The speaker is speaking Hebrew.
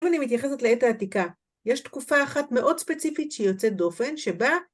אם אני מתייחסת לעת העתיקה, יש תקופה אחת מאוד ספציפית שהיא יוצאת דופן שבה